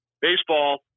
Baseball